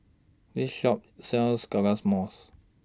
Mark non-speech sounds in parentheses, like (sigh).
This Shop sells (unintelligible)